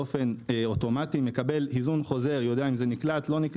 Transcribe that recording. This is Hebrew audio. באופן אוטומטי מקבל היזון חוזר ויודע אם זה נקלט או לא,